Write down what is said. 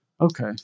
Okay